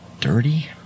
dirty